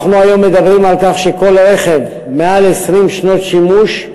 אנחנו היום מדברים על כך שכל רכב מעל 20 שנות שימוש,